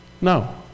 No